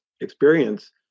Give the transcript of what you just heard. experience